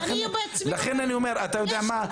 אני בעצמי אומרת --- לכן אני אומר, אתה יודע מה?